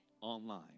online